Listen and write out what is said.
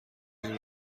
این